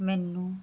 ਮੈਨੂੰ